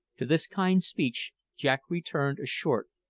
to this kind speech jack returned a short,